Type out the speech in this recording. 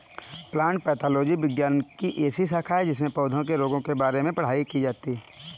plant pathology विज्ञान की ऐसी शाखा है जिसमें पौधों के रोगों के बारे में पढ़ाई की जाती है